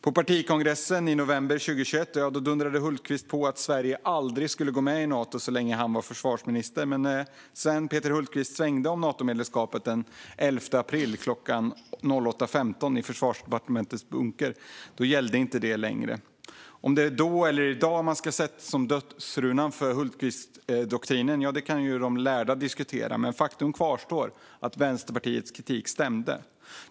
På partikongressen i november 2021 dundrade Hultqvist att Sverige aldrig skulle gå med i Nato så länge han var försvarsminister. Men när Peter Hultqvist svängde om Natomedlemskapet den 11 april 2022 klockan 08:15 i Försvarsdepartementets bunker gällde inte det längre. Om det är då eller i dag som ska stå i dödsrunan för Hultqvistdoktrinen kan de lärda diskutera. Men faktum kvarstår att Vänsterpartiets kritik stämde.